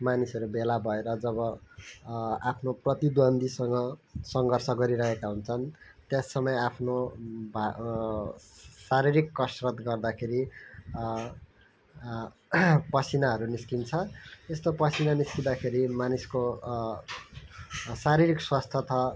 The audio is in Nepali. मानिसहरू भेला भएर जब आफ्नो प्रतिद्वन्द्वीसँग सङ्घर्ष गरिरहेका हुन्छन् त्यस समय आफ्नो भा शारीरिक कसरत गर्दाखेरि पसिनाहरू निस्किन्छ यस्तो पसिना निस्किँदाखेरि मानिसको शारीरिक स्वास्थ्य तथा